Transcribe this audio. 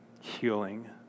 healing